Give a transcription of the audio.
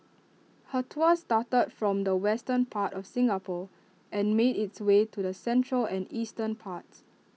her tour started from the western part of Singapore and made its way to the central and eastern parts